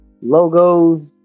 logos